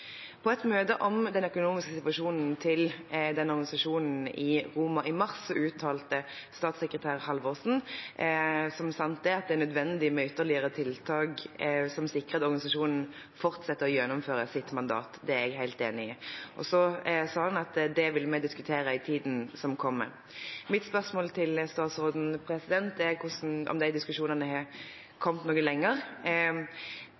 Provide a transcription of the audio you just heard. På et møte om den økonomiske situasjonen til denne organisasjonen i Roma i mars uttalte statssekretær Halvorsen – som sant er – at det er nødvendig med ytterligere tiltak som sikrer at organisasjonen fortsetter å gjennomføre sitt mandat. Det er jeg helt enig i. Han sa at det vil en diskutere i tiden som kommer. Mitt spørsmål til statsråden er om disse diskusjonene har